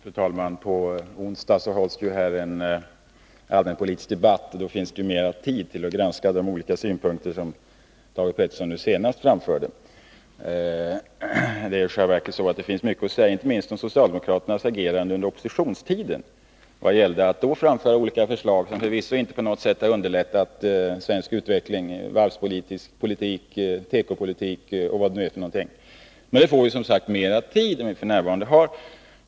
Fru talman! På onsdag hålls ju en allmänpolitisk debatt här, och då finns det mer tid till att granska de olika synpunkter som Thage Peterson nu senast framförde. Det finns i själva verket mycket att säga, inte minst om socialdemokraternas agerande under oppositionstiden och beträffande då framförda olika förslag, förslag som förvisso inte på något sätt har underlättat utvecklingen i Sverige i fråga om varvspolitiken, tekopolitiken och vad det nu kan vara. Men vi får som sagt mer tid på onsdag än vi f. n. har.